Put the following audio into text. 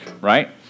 right